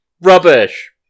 Rubbish